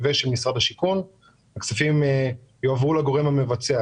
ושל משרד השיכון הכספים יועברו לגורם המבצע.